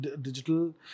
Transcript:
digital